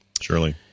Surely